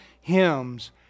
hymns